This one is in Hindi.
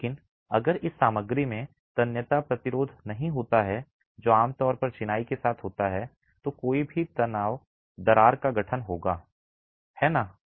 लेकिन अगर इस सामग्री में तन्यता प्रतिरोध नहीं होता है जो आमतौर पर चिनाई के साथ होता है तो कोई भी तनाव दरार का गठन होगा है ना